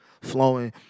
flowing